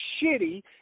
shitty